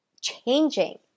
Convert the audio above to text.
changing